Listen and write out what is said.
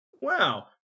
Wow